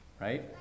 Right